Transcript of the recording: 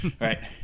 Right